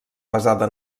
basada